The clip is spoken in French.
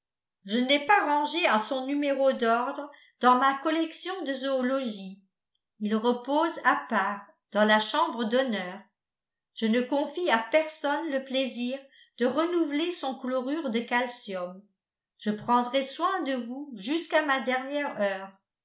je ne l'ai pas rangé à son numéro d'ordre dans ma collection de zoologie il repose à part dans la chambre d'honneur je ne confie à personne le plaisir de renouveler son chlorure de calcium je prendrai soin de vous jusqu'à ma dernière heure